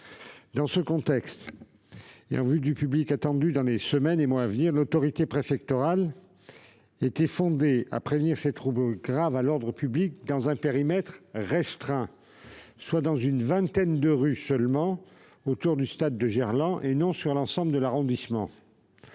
Dans ce contexte, et en vue du public attendu dans les semaines et mois à venir, l'autorité préfectorale était fondée à prévenir ces troubles graves à l'ordre public dans un périmètre restreint, soit dans une vingtaine de rues seulement autour du stade de Gerland, et non sur l'ensemble de l'arrondissement.